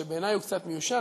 שבעיני הוא קצת מיושן,